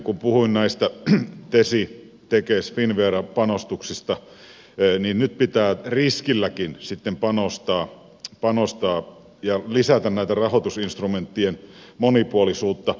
kun puhuin näistä tesi tekes finnvera panostuksista niin nyt pitää riskilläkin panostaa ja lisätä rahoitusinstrumenttien monipuolisuutta